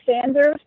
sanders